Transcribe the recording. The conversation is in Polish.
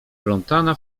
wplątana